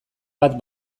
bat